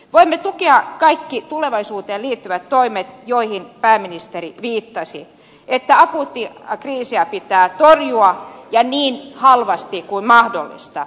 voimme tukea kaikkia tulevaisuuteen liittyviä toimia joihin pääministeri viittasi että akuuttia kriisiä pitää torjua ja niin halvalla kuin mahdollista